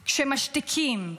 כשמשתיקים,